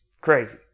Crazy